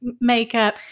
makeup